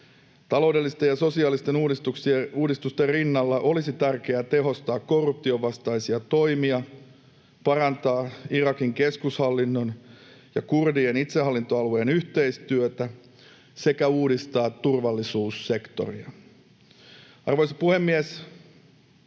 Taloudellisten ja sosiaalisten uudistusten rinnalla olisi tärkeää tehostaa korruption vastaisia toimia, parantaa Irakin keskushallinnon ja kurdien itsehallintoalueen yhteistyötä sekä uudistaa turvallisuussektoria. Arvoisa puhemies!